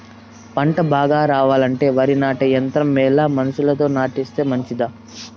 పంట బాగా రావాలంటే వరి నాటే యంత్రం మేలా మనుషులతో నాటిస్తే మంచిదా?